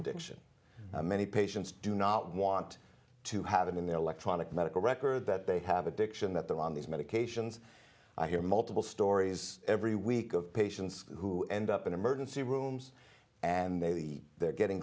addiction many patients do not want to have an electronic medical record that they have addiction that they're on these medications i hear multiple stories every week of patients who end up in emergency rooms and the they're getting